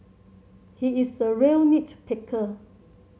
he is a real nit picker